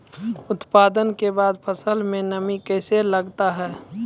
उत्पादन के बाद फसल मे नमी कैसे लगता हैं?